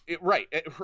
Right